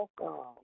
welcome